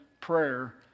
prayer